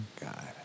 God